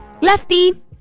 Lefty